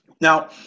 now